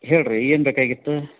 ಹೇಳಿರಿ ಏನು ಬೇಕಾಗಿತ್ತು